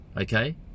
Okay